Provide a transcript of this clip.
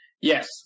yes